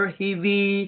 heavy